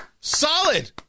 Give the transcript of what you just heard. solid